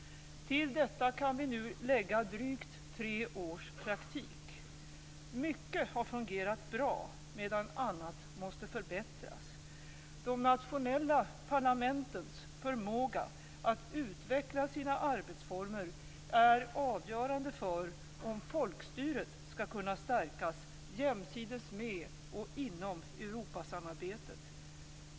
Till detta kan vi nu lägga drygt tre års praktik. Mycket har fungerat bra, medan annat måste förbättras. De nationella parlamentens förmåga att utveckla sina arbetsformer är avgörande för om folkstyret skall kunna stärkas jämsides med och inom Europasamarbetet.